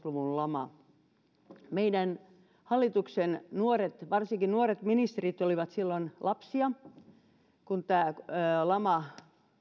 luvun laman meidän hallituksen varsinkin nuoret ministerit olivat silloin lapsia kun tämä lama